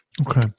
Okay